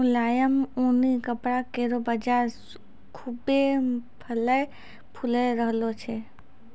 मुलायम ऊनी कपड़ा केरो बाजार खुभ्भे फलय फूली रहलो छै